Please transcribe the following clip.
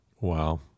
Wow